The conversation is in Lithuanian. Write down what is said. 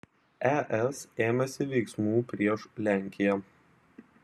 es ėmėsi veiksmų prieš lenkiją